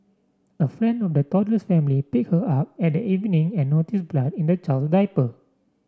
a friend of the toddler's family picked her up at evening and noticed blood in the child's diaper